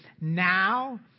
now